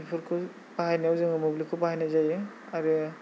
बेफोरखौ बाहायनायाव जोङो मोब्लिबखौ बाहायनाय जायो आरो